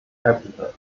carpenter